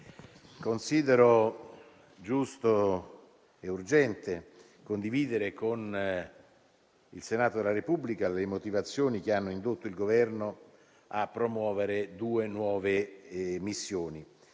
Considero giusto e urgente condividere con il Senato della Repubblica le motivazioni che hanno indotto il Governo a promuovere due nuove missioni.